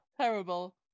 terrible